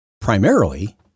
primarily